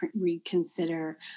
reconsider